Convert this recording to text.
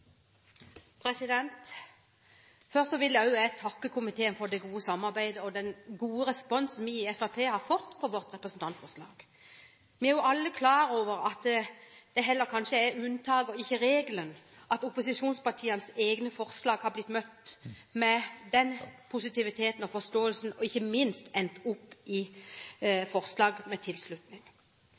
Først vil jeg takke komiteen for det gode samarbeidet og den gode responsen vi i Fremskrittspartiet har fått på vårt representantforslag. Vi er jo alle klar over at det kanskje heller er unntaket enn regelen at opposisjonspartienes egne forslag har blitt møtt med den positiviteten og forståelsen som de har blitt møtt med, og ikke minst endt opp i forslag med tilslutning.